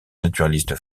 naturaliste